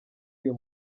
uyu